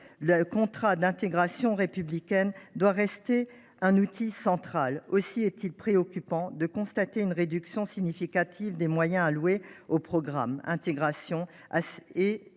le contrat d’intégration républicaine doit rester un outil central. Aussi est il préoccupant de constater une réduction significative des moyens alloués au programme « Intégration et accès